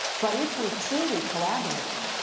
but if we're truly collaborating